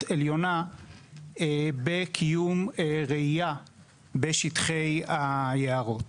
עליונה בקיום רעייה בשטחי היערות.